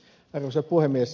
arvoisa puhemies